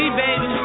baby